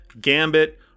Gambit